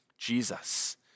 Jesus